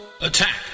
Attack